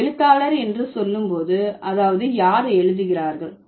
நான் எழுத்தாளர் என்று சொல்லும் போது அதாவது யார் எழுதுகிறார்கள்